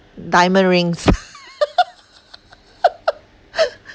diamond rings